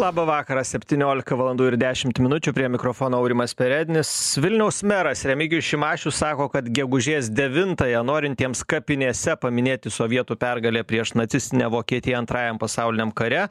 labą vakarą septyniolika valandų ir dešimt minučių prie mikrofono aurimas peredinis vilniaus meras remigijus šimašius sako kad gegužės devintąją norintiems kapinėse paminėti sovietų pergalę prieš nacistinę vokietiją antrajam pasauliniame kare